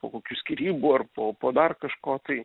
po kokių skyrybų ar po po dar kažko tai